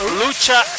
lucha